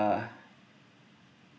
uh